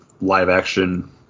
live-action